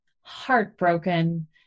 heartbroken